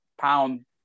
pound